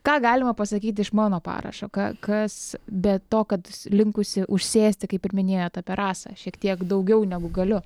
ką galima pasakyti iš mano parašo ką kas be to kad linkusi užsėsti kaip ir minėjot apie rasą šiek tiek daugiau negu galiu